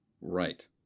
right